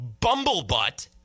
bumblebutt